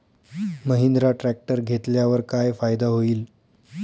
Mahindra tractor घेतल्यावर काय फायदा होईल?